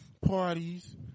parties